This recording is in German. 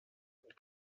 und